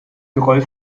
geröll